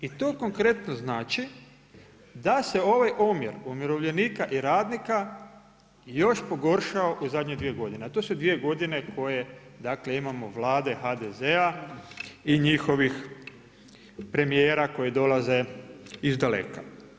I to konkretno znači da se ovaj omjer umirovljenika i radnika još pogoršao u zadnje dvije godine, a to su dvije koje imamo Vlade HDZ-a i njihovih premijera koji dolaze iz daleka.